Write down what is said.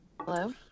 hello